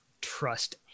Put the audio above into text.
trust